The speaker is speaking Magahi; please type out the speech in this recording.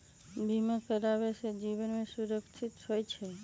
बीमा करावे से जीवन के सुरक्षित हो जतई?